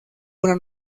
una